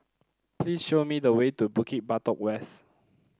please show me the way to Bukit Batok West